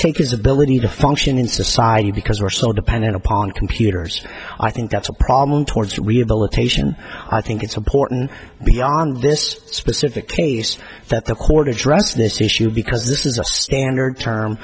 take his ability to function in society because we're so dependent upon computers i think that's a problem towards rehabilitation i think it's important beyond this specific case that the court of dress this issue because this is a standard term